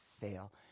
fail